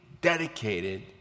dedicated